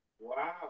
Wow